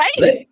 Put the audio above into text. Right